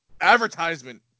advertisement